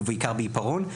או בעיקר בעיפרון,